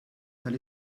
tal